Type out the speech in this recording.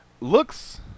looks